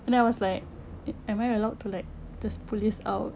and then I was like a~ am I allowed to like just pull this out